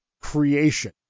creation